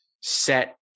set